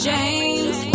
James